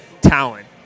talent